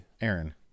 Aaron